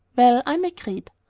well, i'm agreed.